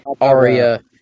Arya